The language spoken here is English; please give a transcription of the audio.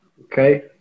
Okay